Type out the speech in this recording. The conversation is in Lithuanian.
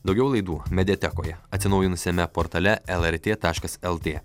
daugiau laidų mediatekoje atsinaujinusiame portale lrt taškas lt